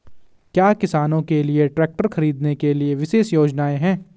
क्या किसानों के लिए ट्रैक्टर खरीदने के लिए विशेष योजनाएं हैं?